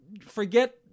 forget –